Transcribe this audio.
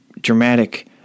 dramatic